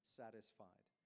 satisfied